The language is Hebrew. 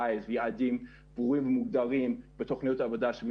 אנחנו עובדים איתם בקשר ישיר,